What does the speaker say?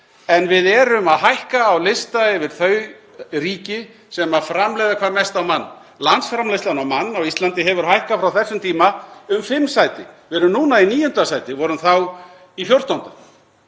en við erum að hækka á lista yfir þau ríki sem framleiða hvað mest á mann. Landsframleiðslan á mann á Íslandi hefur hækkað frá þessum tíma um fimm sæti. Við erum núna í 9. sæti, vorum þá í 14., og